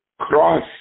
cross